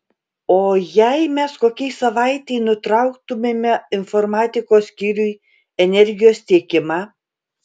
o jei mes kokiai savaitei nutrauktumėme informatikos skyriui energijos tiekimą